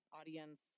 audience